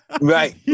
Right